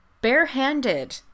barehanded